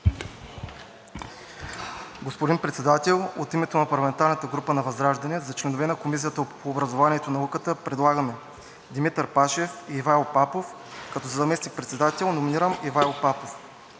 Господин Председател, от името на парламентарната група на ВЪЗРАЖДАНЕ за членове на Комисията по образованието и науката предлагаме Димитър Пашев и Ивайло Папов, като за заместник-председател номинираме Ивайло Папов.